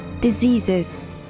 Diseases